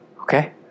Okay